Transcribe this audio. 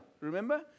remember